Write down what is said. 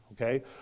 okay